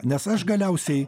nes aš galiausiai